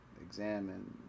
examine